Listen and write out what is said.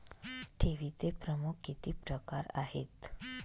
ठेवीचे प्रमुख किती प्रकार आहेत?